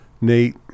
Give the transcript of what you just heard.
Nate